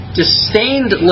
disdained